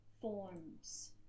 forms